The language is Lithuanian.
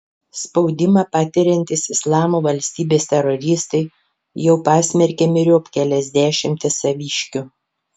spaudimą patiriantys islamo valstybės teroristai jau pasmerkė myriop kelias dešimtis saviškių